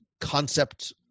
concept